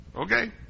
Okay